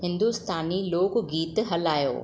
हिंदुस्तानी लोक गीत हलायो